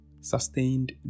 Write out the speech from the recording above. Sustained